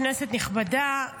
כנסת נכבדה,